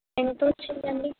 ఎంత వచ్చిందండి